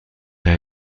der